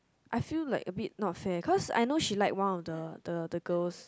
I feel like a bit not fair cause I know she like one of the the the girls